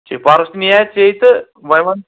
اَچھا پَرُس نِیے ژےٚ تہٕ وۄنۍ وَن